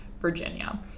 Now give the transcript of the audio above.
Virginia